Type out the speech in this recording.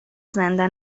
زنده